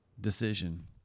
decision